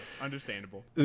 Understandable